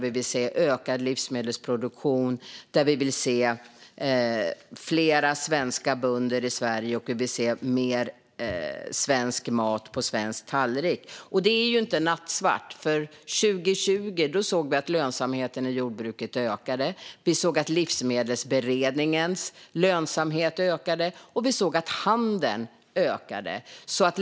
Vi vill se ökad livsmedelsproduktion, fler svenska bönder i Sverige och mer svensk mat på svensk tallrik. Det är ju inte nattsvart. År 2020 såg vi att lönsamheten i jordbruket ökade. Vi såg att livsmedelsberedningens lönsamhet ökade. Vi såg också att handeln ökade.